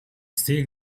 still